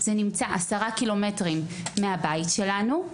זה נמצא 10 ק"מ מהבית שלנו,